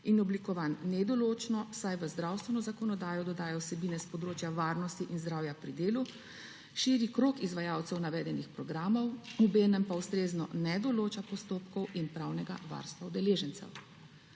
in oblikovan nedoločno, saj v zdravstveno zakonodajo dodaja vsebine s področja varnosti in zdravja pri delu, širi krog izvajalcev navedenih programov, obenem pa ne določa ustrezno postopkov in pravnega varstva udeležencev.